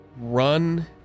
run